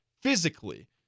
physically